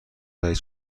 دهید